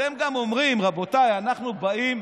אתם גם אומרים: רבותיי, אנחנו באים,